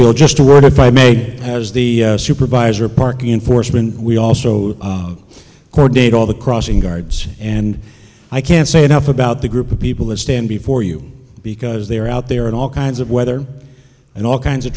world just to learn if i may as the supervisor parking enforcement we also coordinate all the crossing guards and i can't say enough about the group of people that stand before you because they are out there in all kinds of weather and all kinds of